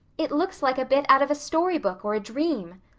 it looks like a bit out of a story book or a dream.